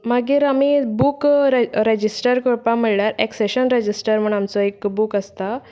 मागीर आमी book register करपा म्हणल्यार एक्सेशन रजिस्टर म्हणून आमचो एक बूक आसता